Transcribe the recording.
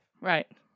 Right